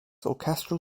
orchestral